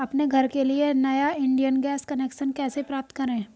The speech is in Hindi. अपने घर के लिए नया इंडियन गैस कनेक्शन कैसे प्राप्त करें?